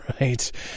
right